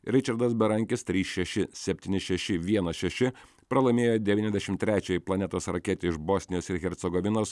ričardas berankis trys šeši septyni šeši vienas šeši pralaimėjo devyniasdešim trečiajai planetos raketei iš bosnijos ir hercegovinos